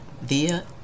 via